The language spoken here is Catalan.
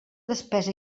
despesa